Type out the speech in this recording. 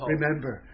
Remember